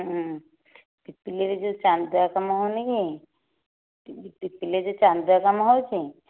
ହୁଁ ପିପିଲିରେ ଯେଉଁ ଚାନ୍ଦୁଆ କାମ ହେଉନି କି ପିପିଲିରେ ଚାନ୍ଦୁଆ କାମ ହେଉଛି